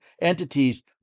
entities